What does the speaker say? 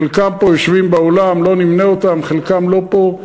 חלקם יושבים פה באולם, לא נמנה אותם, חלקם לא פה.